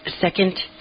second